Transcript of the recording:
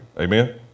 Amen